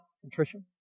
contrition